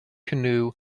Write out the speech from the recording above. canoe